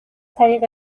طریق